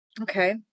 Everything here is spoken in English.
Okay